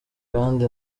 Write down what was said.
kandi